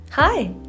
Hi